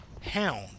Hound